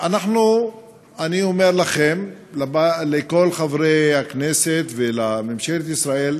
אני אומר לכם, לכל חברי הכנסת ולממשלת ישראל,